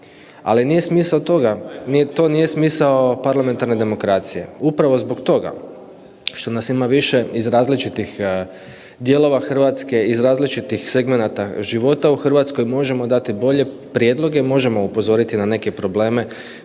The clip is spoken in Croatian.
Ali nije smisao toga, nije to nije smisao parlamentarne demokracije. Upravo zbog toga što nas ima više iz različitih dijelova Hrvatske, iz različitih segmenata života u Hrvatskoj, možemo dati bolje prijedloge, možemo upozoriti na neke probleme